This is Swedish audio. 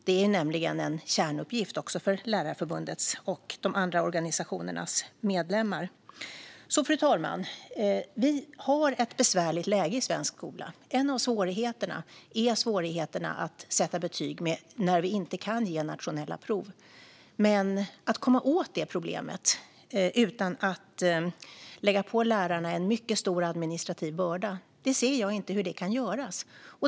Det är nämligen en kärnuppgift också för Lärarförbundets och de andra organisationernas medlemmar. Fru talman! Vi har ett besvärligt läge i svensk skola. En av svårigheterna är att sätta betyg när vi inte kan hålla nationella prov, men jag ser inte hur man kan komma åt det problemet utan att lägga på lärarna en mycket stor administrativ börda.